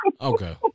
okay